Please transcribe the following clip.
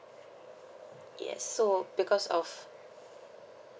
yes so because of